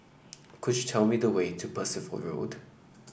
could you tell me the way to Percival Road